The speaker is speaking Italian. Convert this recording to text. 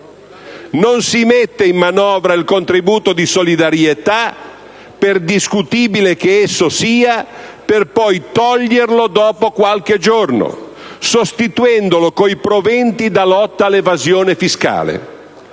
inserisce nella manovra il contributo di solidarietà - per discutibile che esso sia - per poi toglierlo dopo qualche giorno, sostituendolo con i proventi derivanti dalla lotta all'evasione fiscale.